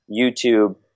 YouTube